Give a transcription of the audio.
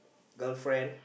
girlfriend